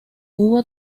hubo